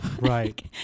Right